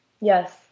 Yes